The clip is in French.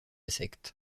secte